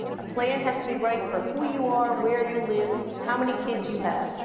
a plan has to be right for who you are, where you live, how many kids you have.